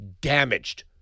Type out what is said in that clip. damaged